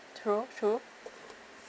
true true